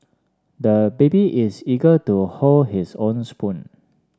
the baby is eager to hold his own spoon